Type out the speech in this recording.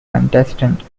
contestant